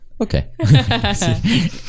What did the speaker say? Okay